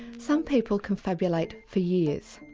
some people confabulate for years.